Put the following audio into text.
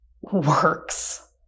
works